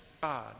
God